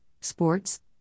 sports